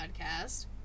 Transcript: podcast